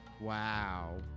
wow